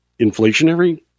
inflationary